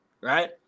right